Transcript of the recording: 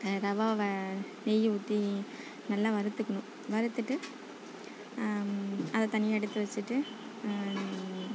ரவாவை நெய் ஊற்றி நல்லா வறுத்துக்கணும் வறுத்துட்டு அதை தனியாக எடுத்து வச்சுட்டு